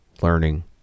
learning